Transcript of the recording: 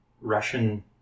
Russian